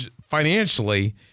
financially